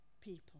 people